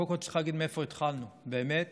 קודם כול צריך להגיד מאיפה התחלנו: באמת